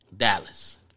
dallas